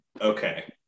Okay